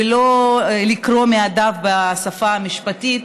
בלי לקרוא מהדף בשפה המשפטית,